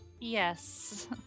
Yes